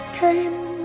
came